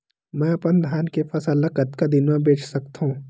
मैं अपन धान के फसल ल कतका दिन म बेच सकथो?